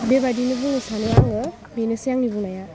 बेबादिनो बुंनो सानो आङो बेनोसै आंनि बुंनाया